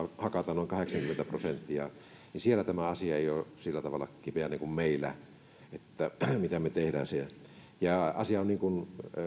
hakataan noin kahdeksankymmentä prosenttia niin siellä tämä asia ei ole sillä tavalla kipeä kuin meillä mitä tehdään siinä ja asia on niin kuin